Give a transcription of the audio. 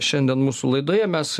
šiandien mūsų laidoje mes